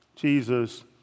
Jesus